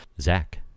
Zach